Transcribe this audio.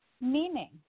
meaning